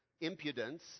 impudence